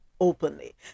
openly